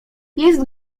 jest